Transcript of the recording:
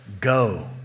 go